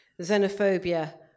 xenophobia